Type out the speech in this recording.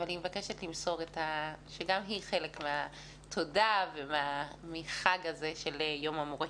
אבל היא מבקשת למסור שגם היא חלק מהתודה ומהחג הזה של יום המורה,